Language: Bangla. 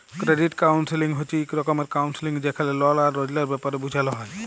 ক্রেডিট কাউল্সেলিং হছে ইক রকমের কাউল্সেলিং যেখালে লল আর ঋলের ব্যাপারে বুঝাল হ্যয়